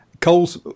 Coles